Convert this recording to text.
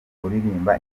uririmba